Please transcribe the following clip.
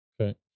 okay